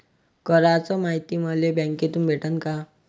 कराच मायती मले बँकेतून भेटन का?